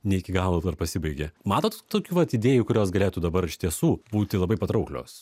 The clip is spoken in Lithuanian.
ne iki galo dar pasibaigė matot tokių vat idėjų kurios galėtų dabar iš tiesų būti labai patrauklios